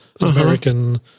American